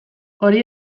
hori